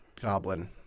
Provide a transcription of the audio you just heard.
Goblin